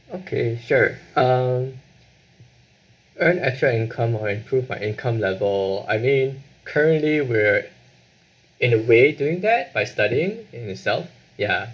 okay sure um earn extra income or improve my income level I mean currently we're in a way doing that by studying in itself ya